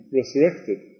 resurrected